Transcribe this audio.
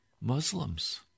Muslims